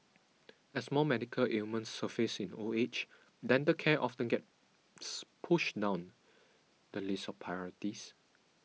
as more medical ailments surface in old age dental care often gets pushed down the list of priorities